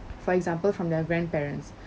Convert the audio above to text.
for example from their grandparents